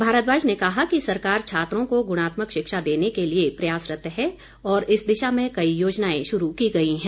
भारद्वाज ने कहा कि सरकार छात्रों को गुणात्मक शिक्षा देने के लिए प्रयासरत है और इस दिशा में कई योजनाएं शुरू की गई हैं